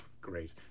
Great